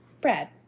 Brad